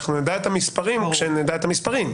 אנחנו נדע את המספרים כשנדע את המספרים.